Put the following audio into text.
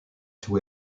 two